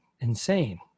insane